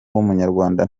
w’umunyarwanda